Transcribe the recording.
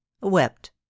wept